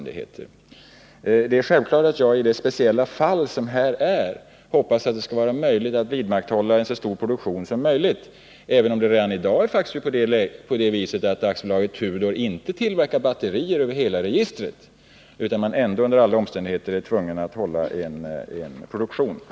Det är självklart att jag i det här speciella fallet hoppas att det skall vara möjligt att upprätthålla en så stor produktion som möjligt, även om det faktiskt redan i dag är så, att AB Tudor inte tillverkar batterier över hela registret, varför man under alla omständigheter är tvungen att ha en produktion.